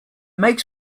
makes